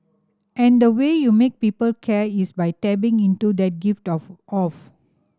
and the way you make people care is by tapping into that gift of off